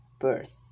birth